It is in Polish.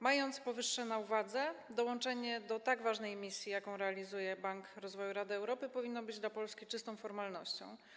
Mając powyższe na uwadze, dołączenie do tak ważnej misji, jaką realizuje Bank Rozwoju Rady Europy, powinno być dla Polski czystą formalnością.